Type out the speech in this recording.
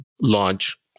launch